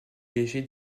léger